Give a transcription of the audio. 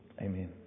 amen